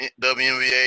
WNBA